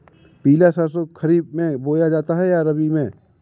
पिला सरसो खरीफ में बोया जाता है या रबी में?